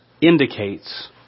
indicates